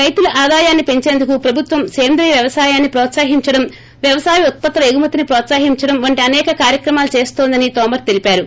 రైతుల ఆదాయాన్ని పెంచేందుకు ప్రభుత్వం సేంద్రీయ వ్యవసాయాన్ని ప్రోత్సహించడం వ్యవసాయ ఉత్పత్తుల ఎగుమతిని ప్రోత్సహించడం వంటి అనేక కార్యక్రమాలు చేస్తోందని తోమర్ తెలిపారు